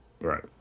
right